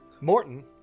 Morton